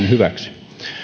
hyväksi